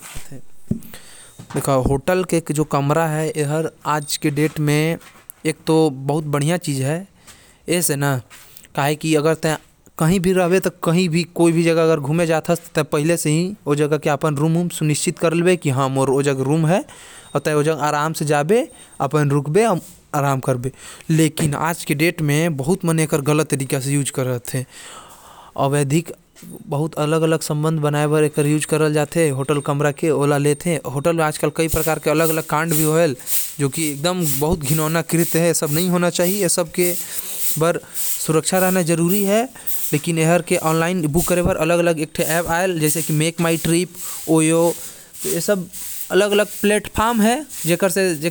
online hotel book करे बर तै ओयो एप्प के इस्तेमाल